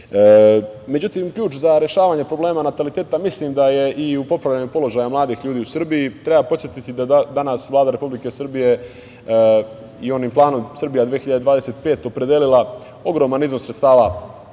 doći.Međutim, ključ za rešavanje problema nataliteta mislim da je i u popravljanju položaja mladih ljudi u Srbiji. Treba podsetiti da danas Vlada Republike Srbije i onim planom Srbija 2025 opredelila ogroman iznos sredstava